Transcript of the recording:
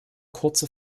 kurze